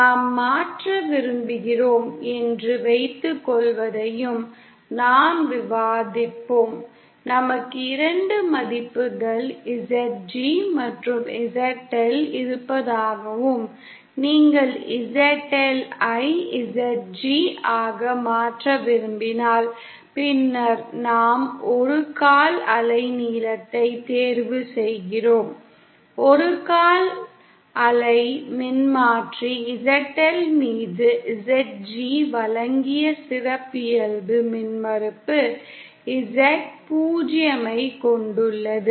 நாம் மாற்ற விரும்புகிறோம் என்று வைத்துக் கொள்வதையும் நாம் விவாதித்தோம் நமக்கு இரண்டு மதிப்புகள் ZG மற்றும் ZL இருப்பதாகவும் நீங்கள் ZL ஐ ZG ஆக மாற்ற விரும்பினால் பின்னர் நாம் ஒரு கால் அலை நீளத்தை தேர்வு செய்கிறோம் ஒரு கால் அலை மின்மாற்றி ZL மீது ZG வழங்கிய சிறப்பியல்பு மின்மறுப்பு Z 0 ஐக் கொண்டுள்ளது